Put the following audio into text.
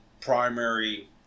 primary